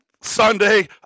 Sunday